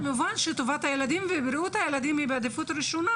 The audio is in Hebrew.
כמובן שטובת הילדים ובריאות הילדים היא בעדיפות ראשונה.